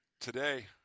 today